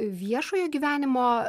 viešojo gyvenimo